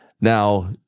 Now